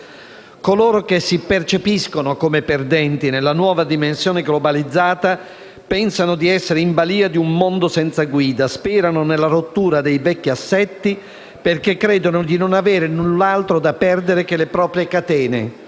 Coloro che si percepiscono come perdenti nella nuova dimensione globalizzata pensano di essere in balia di un mondo senza guida, sperano nella rottura dei vecchi assetti, perché credono di non avere null'altro da perdere che le proprie catene,